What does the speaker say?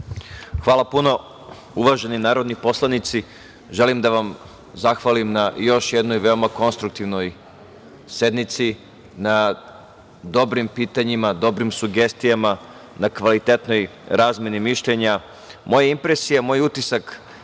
Hvala puno. Uvaženi narodni poslanici, želim da vam zahvalim na još jednoj veoma konstruktivnoj sednici, na dobrim pitanjima, dobrim sugestijama, na kvalitetnoj razmeni mišljenja. Moja impresija, moj utisak